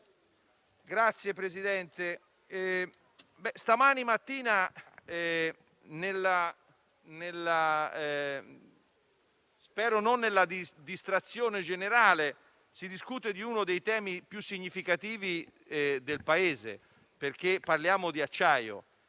Signor Presidente, stamattina, spero non nella distrazione generale, si discute uno dei temi più significativi per il Paese, perché parliamo non